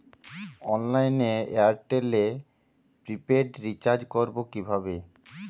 অনলাইনে এয়ারটেলে prepaid recharge করবো কিভাবে?